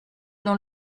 dans